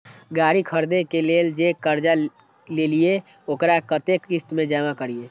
गाड़ी खरदे के लेल जे कर्जा लेलिए वकरा कतेक किस्त में जमा करिए?